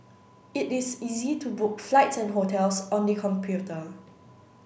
it is easy to book flights and hotels on the computer